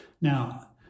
Now